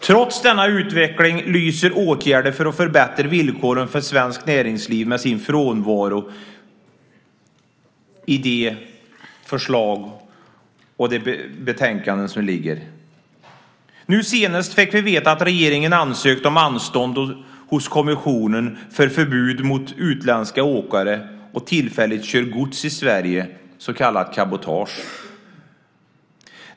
Trots denna utveckling lyser åtgärder för att förbättra villkoren för svenskt näringsliv med sin frånvaro i det förslag och det betänkande som finns. Nu senast fick vi veta att regeringen ansökt om anstånd hos kommissionen för förbud mot utländska åkare att tillfälligt köra gods i Sverige, så kallat cabotage.